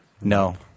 No